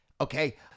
okay